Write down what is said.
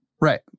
Right